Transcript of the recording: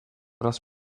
raz